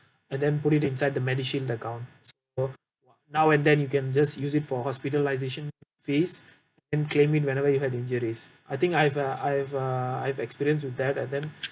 and then put it inside the MediShield account so now and then you can just use it for hospitalisation fees and claiming whenever you had injuries I think I have uh I've uh I've experience with that and then